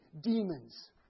demons